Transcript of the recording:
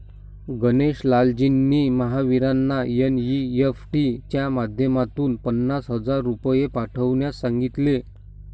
गणेश लालजींनी महावीरांना एन.ई.एफ.टी च्या माध्यमातून पन्नास हजार रुपये पाठवण्यास सांगितले